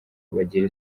bagira